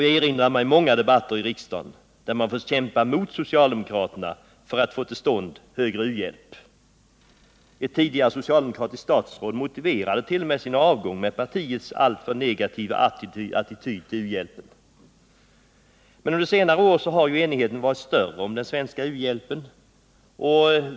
Jag erinrar mig många debatter i riksdagen där man fått kämpa mot socialdemokraterna för att få till stånd en ökad uhjälp. Ett tidigare socialdemokratiskt statsråd motiverade t.o.m. sin avgång med partiets alltför negativa attityd till u-hjälpen. Under senare år har emellertid enigheten om den svenska u-hjälpen varit större.